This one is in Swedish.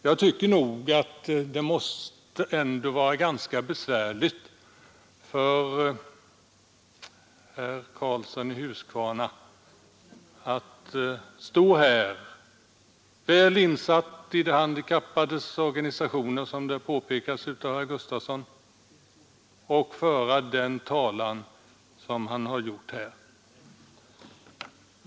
Jag tycker att det måste vara ganska besvärligt för Göran Karlsson att stå här — väl insatt i de handikappades problem, som herr Gustavsson i Alvesta påpekade — och föra talan på det sätt som han har gjort.